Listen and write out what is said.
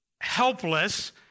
helpless